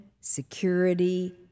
security